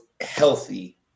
healthy